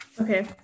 Okay